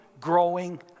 growing